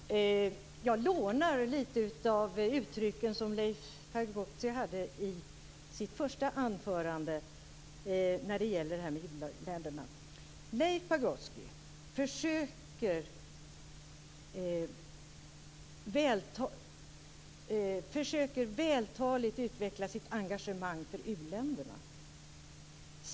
Fru talman! Jag lånar lite av uttrycken som Leif Pagrotsky använde i sitt första anförande när det gäller u-länderna. Leif Pagrotsky försöker vältaligt utveckla sitt engagemang för u-länderna.